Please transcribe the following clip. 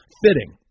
fitting